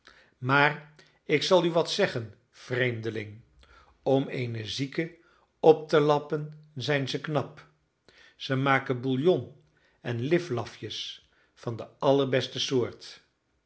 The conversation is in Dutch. maar ik zal u wat zeggen vreemdeling om eene zieke op te lappen zijn ze knap zij maken bouillon en liflafjes van de allerbeste soort